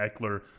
Eckler